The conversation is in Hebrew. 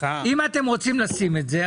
אם אתם רוצים לשים את זה,